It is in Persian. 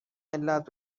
علت